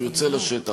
כשהוא יוצא לשטח,